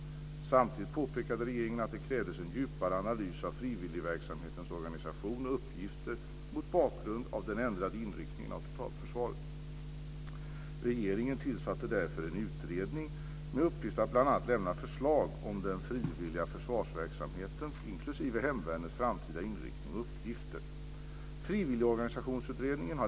Samtidigt påpekade regeringen att det krävdes en djupare analys av frivillgverksamhetens organisation och uppgifter mot bakgrund av den ändrade inriktningen av totalförsvaret. Regeringen tillsatte därför en utredning .